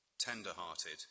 tender-hearted